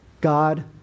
God